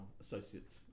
associates